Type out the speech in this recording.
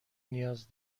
نیاز